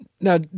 Now